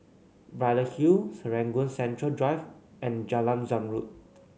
Braddell Hill Serangoon Central Drive and Jalan Zamrud